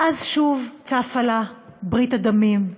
ואז שוב צפה לה ברית הדמים,